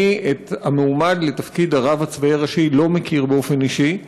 אני את המועמד לתפקיד הרב הצבאי הראשי לא מכיר באופן אישי,